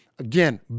Again